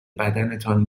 بدنتان